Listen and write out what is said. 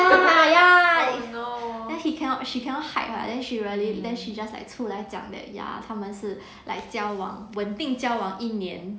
ya ya then he cannot she cannot hide [what] then she really then she just like 出来讲 that ya 他们是 like 交往稳定交往一年